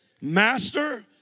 Master